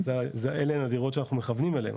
אלה הם הדירות שאנחנו מכוונים אליהם,